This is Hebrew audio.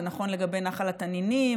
זה נכון לגבי נחל התנינים,